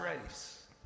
grace